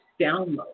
download